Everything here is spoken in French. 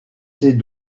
ses